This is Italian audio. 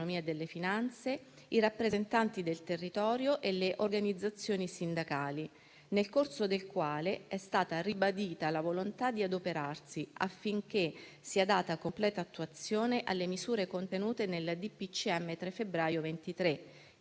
delle finanze, i rappresentanti del territorio e le organizzazioni sindacali. Nel corso dell'incontro è stata ribadita la volontà di adoperarsi affinché sia data completa attuazione alle misure contenute nel DPCM del 3 febbraio 23,